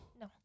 no